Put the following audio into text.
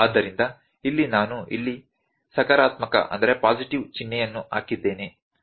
ಆದ್ದರಿಂದ ಇಲ್ಲಿ ನಾನು ಇಲ್ಲಿ ಸಕಾರಾತ್ಮಕ ಚಿಹ್ನೆಯನ್ನು ಹಾಕಿದ್ದೇನೆ